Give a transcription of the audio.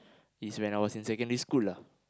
is when I was in secondary school lah